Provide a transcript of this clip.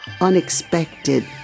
unexpected